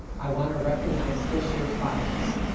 i want to recognize this year's finalist,